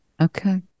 okay